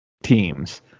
teams